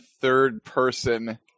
third-person